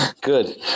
Good